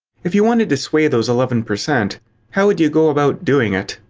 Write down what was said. if you wanted to sway those eleven percent how would you go about doing it?